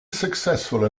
successful